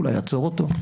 אולי יעצור אותו,